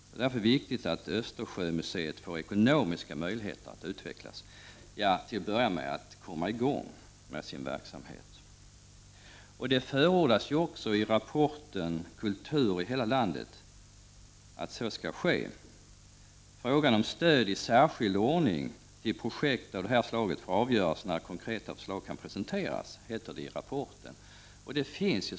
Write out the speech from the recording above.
Det är därför viktigt att Östersjömuseet får ekonomiska möjligheter att utvecklas — ja, till att börja med att komma i gång med sin verksamhet. Det förordas också i rapporten Kultur i hela landet att så skail ske. Frågan om stöd i särskild ordning till projekt av det här slaget får avgöras när konkreta förslag kan presenteras, heter det i rapporten.